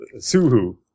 Suhu